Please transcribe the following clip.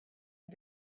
and